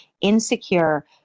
insecure